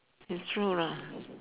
you throw lah